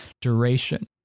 duration